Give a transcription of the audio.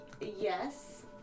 Yes